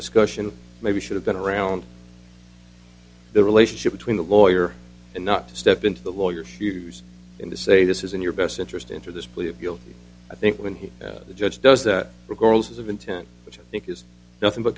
discussion maybe should have been around the relationship between the lawyer and not to step into the lawyer shoes in the say this is in your best interest into this plea of guilty i think when he and the judge does that regardless of intent which is nothing but